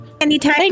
anytime